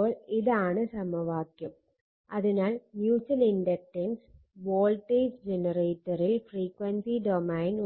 അപ്പോൾ ഇതാണ് സമവാക്യം അതിനാൽ മ്യൂച്ചൽ ഇൻഡക്റ്റൻസ് വോൾട്ടേജ് ജനറേറ്ററിൽ